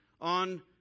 on